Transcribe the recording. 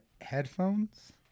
headphones